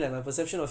really